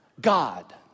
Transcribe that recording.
God